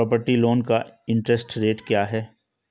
Property loan का interest rate क्या है?